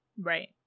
Right